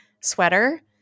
sweater